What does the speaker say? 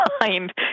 mind